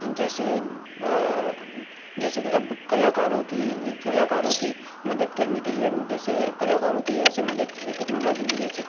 जैसे जैसे कि अब कलाकारों की कलाकारों की मदद करने के लिए जैसे कलाकारों की ऐसे मदद की है टेक्नोलॉजी ने जैसे